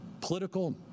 political